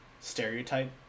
stereotype